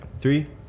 Three